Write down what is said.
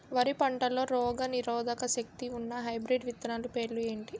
వరి పంటలో రోగనిరోదక శక్తి ఉన్న హైబ్రిడ్ విత్తనాలు పేర్లు ఏంటి?